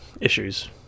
issues